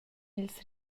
ils